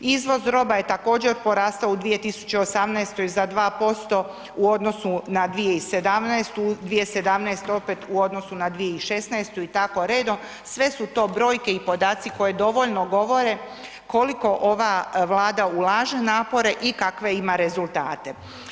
Izvoz roba je također porastao u 2018. za 2% u odnosu na 2017., 2017. opet u odnosu na 2016. i tako redom, sve su to brojke i podaci koje dovoljno govore koliko ova Vlada ulaže napore i kakve ima rezultate.